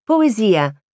Poesia